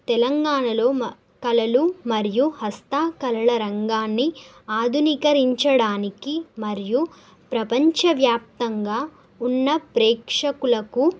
తెలంగాణలో మ కళలు మరియు హస్తకళల రంగాన్ని ఆధునికరించడానికి మరియు ప్రపంచవ్యాప్తంగా ఉన్న ప్రేక్షకులకు